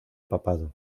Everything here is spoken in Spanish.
papado